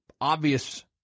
obvious